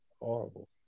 Horrible